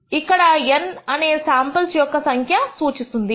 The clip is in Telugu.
ఇక్కడ N అనే శాంపుల్స్ యొక్క సంఖ్యను సూచిస్తుంది